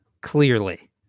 clearly